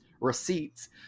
receipts